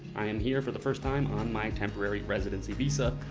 i am here for the first time on my temporary residency visa.